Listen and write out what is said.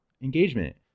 engagement